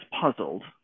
puzzled